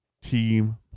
team